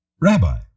Rabbi